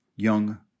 Young